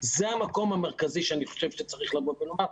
- זה המקום המרכזי שאני צריך לבוא ולומר.